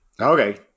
Okay